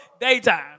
Daytime